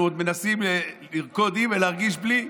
אנחנו עוד מנסים לרקוד עם ולהרגיש בלי,